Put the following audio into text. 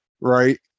right